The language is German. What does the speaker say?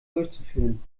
durchzuführen